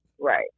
Right